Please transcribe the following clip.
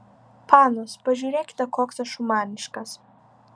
panos pažiūrėkite koks aš humaniškas